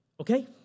okay